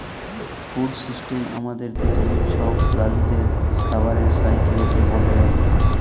food system আমাদের পিথিবীর ছব প্রালিদের খাবারের সাইকেলকে ব্যলে